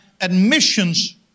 admissions